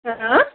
آ ٲں